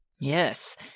Yes